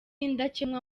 indakemwa